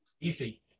Easy